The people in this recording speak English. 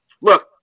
look